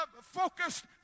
focused